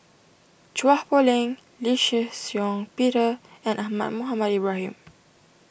Chua Poh Leng Lee Shih Shiong Peter and Ahmad Mohamed Ibrahim